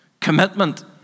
Commitment